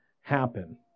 happen